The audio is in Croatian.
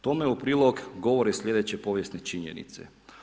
Tome u prilog govore slijedeće povijesne činjenice.